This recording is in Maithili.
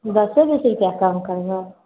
दसे बीस रुपैआ कम करबै